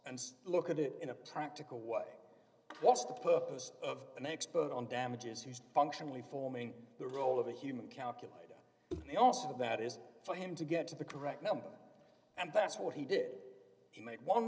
and look at it in a practical way what's the purpose of an expert on damages who's functionally forming the role of a human calculator the also that is for him to get to the correct number and that's what he did he make one